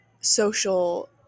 social